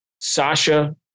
Sasha